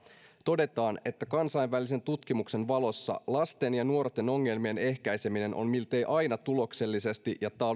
todetaan kansainvälisen tutkimuksen valossa lasten ja nuorten ongelmien ehkäiseminen on miltei aina tuloksellista ja